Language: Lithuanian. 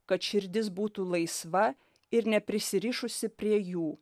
kad širdis būtų laisva ir neprisirišusi prie jų